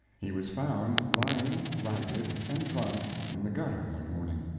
he was found lying, ragged and drunk, in the gutter one morning.